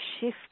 shift